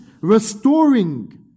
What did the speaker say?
restoring